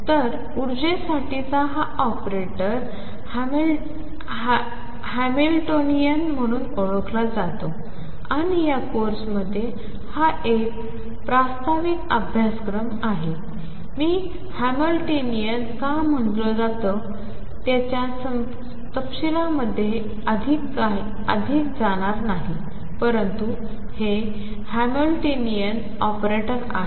तर ऊर्जेसाठीचा हा ऑपरेटर हॅमिल्टोनियन म्हणून ओळखला जातो आणि या कोर्समध्ये हा एक प्रास्ताविक अभ्यासक्रम आहे मी हॅमिल्टोनियन का म्हटले जाते याच्या तपशीलांमध्ये मी अधिक जाणार नाही परंतु हे हॅमिल्टोनियन ऑपरेटर आहे